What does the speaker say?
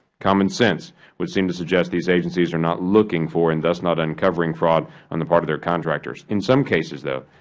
common sense would seem to suggest these agencies are not looking for and thus not uncovering fraud on the part of their contractors. in some cases, though,